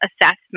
assessment